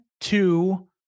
two